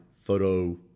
Photo